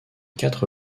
quatre